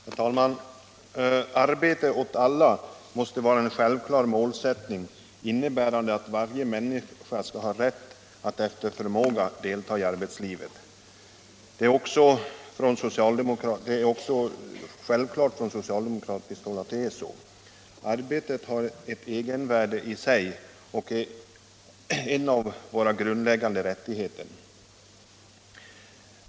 Herr talman! Arbete åt alla måste vara en självklar målsättning, innebärande att varje människa skall ha rätt att efter förmåga delta i arbetslivet. Det är också självklart för socialdemokratin. Arbetet har ett egenvärde och är en av våra grundläggande rättigheter.